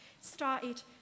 started